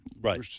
Right